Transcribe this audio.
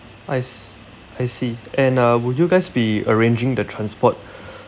I s~ I see and uh will you guys be arranging the transport